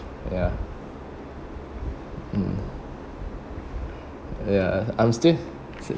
ya mm ya I'm still